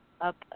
up